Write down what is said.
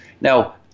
Now